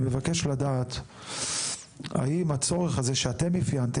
אני מבקש לדעת האם הצורך הזה שאתם ביקשתם